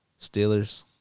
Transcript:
Steelers